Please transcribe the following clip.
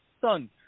son